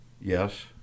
yes